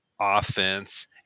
offense